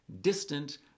distant